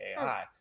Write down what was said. AI